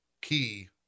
key